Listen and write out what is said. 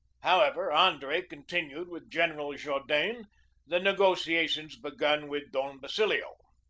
however, andre continued with general jaudenes the negotiations begun with don basilio.